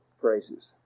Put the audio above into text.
phrases